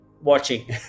watching